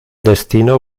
destino